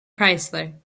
chrysler